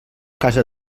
casa